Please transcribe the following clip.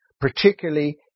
particularly